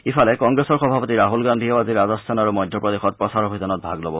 ইফালে কংগ্ৰেছৰ সভাপতি ৰাহুল গান্ধীয়েও আজি ৰাজস্থান আৰু মধ্যপ্ৰদেশত প্ৰচাৰ অভিযানত ভাগ ল'ব